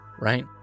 right